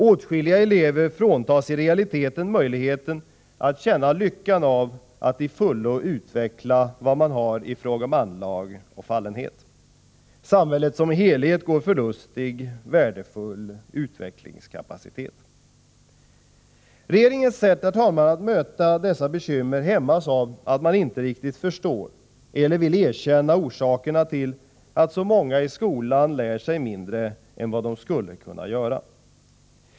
Åtskilliga elever fråntas i realiteten möjligheten att känna lyckan över att till fullo utveckla vad man har i fråga om anlag och fallenheter. Samhället som helhet går förlustigt värdefull utvecklingskapacitet. Regeringens sätt att möta dessa bekymmer hämmas av att man inte riktigt förstår eller vill erkänna orsakerna till att så många i skolan lär sig mindre än vad de skulle kunna göra.